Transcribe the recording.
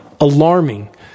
alarming